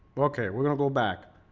okay, we're gonna go back